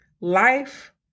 Life